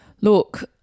Look